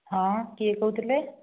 ହଁ କିଏ କହୁଥିଲେ